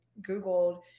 Googled